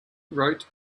wrote